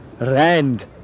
rand